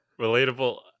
Relatable